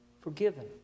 forgiven